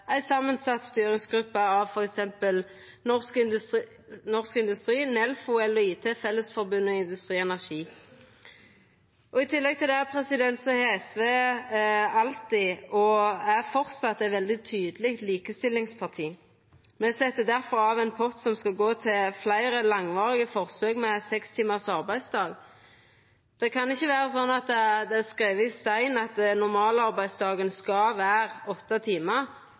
ei samansett styringsgruppe av f.eks. Norsk Industri, Nelfo, EL og IT, Fellesforbundet og Industri Energi. SV har alltid vore og er framleis eit veldig tydeleg likestillingsparti. Me set difor av ein pott som skal gå til fleire langvarige forsøk med sekstimars arbeidsdag. Det kan ikkje vera sånn at det er skrive i stein at normalarbeidsdagen skal vera åtte timar,